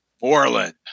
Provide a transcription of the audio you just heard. Orland